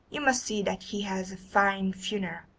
you must see that he has a fine funeral